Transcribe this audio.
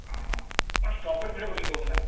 ହଁ କ'ଣ strawberry flavour ସିଏ କହୁଥୁଲା